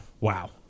wow